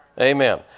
Amen